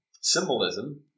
symbolism